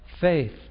faith